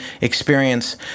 experience